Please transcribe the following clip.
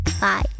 bye